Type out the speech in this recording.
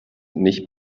nicht